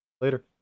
later